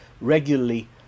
regularly